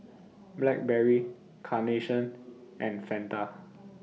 Blackberry Carnation and Fanta